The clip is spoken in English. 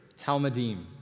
talmudim